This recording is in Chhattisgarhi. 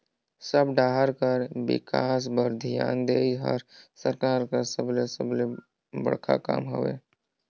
सब डाहर कर बिकास बर धियान देहई हर सरकार कर सबले सबले बड़खा काम हवे